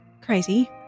crazy